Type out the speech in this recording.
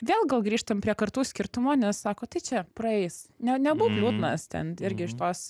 vėl gal grįžtam prie kartų skirtumo nes sako tai čia praeis ne nebūk liūdnas ten irgi iš tos